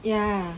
ya